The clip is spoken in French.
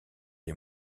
les